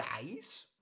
days